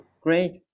great